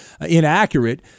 inaccurate